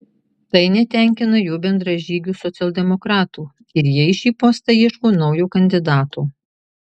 tai netenkina jo bendražygių socialdemokratų ir jie į šį postą ieško naujo kandidato